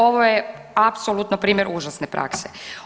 Ovo je apsolutno primjer užasne prakse.